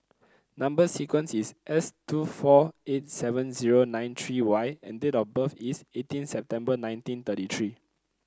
number sequence is S two four eight seven zero nine three Y and date of birth is eighteen September nineteen thirty three